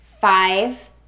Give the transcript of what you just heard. five